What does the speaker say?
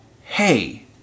hey